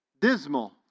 dismal